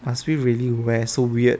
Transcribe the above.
must we really wear so weird